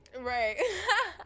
right